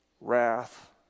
wrath